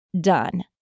done